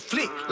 Flick